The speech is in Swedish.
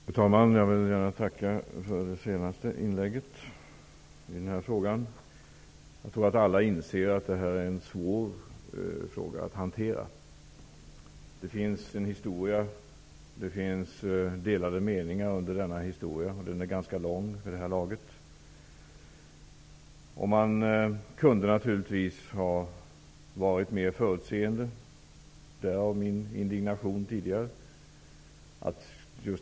Fru talman! Jag vill gärna tacka för det senaste inlägget i frågan. Jag tror att alla inser att detta är en svår fråga att hantera. Det finns en historisk bakgrund, och det har funnits delade meningar under denna vid det här laget ganska långa tid. Man kunde naturligtvis ha varit mer förutseende -- därav min tidigare indignation.